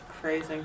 Crazy